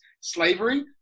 slavery